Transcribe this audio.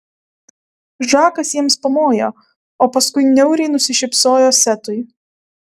žakas jiems pamojo o paskui niauriai nusišypsojo setui